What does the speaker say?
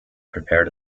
prepared